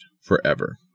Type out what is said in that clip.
forever